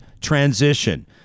transition